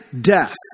death